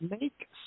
make